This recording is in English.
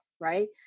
right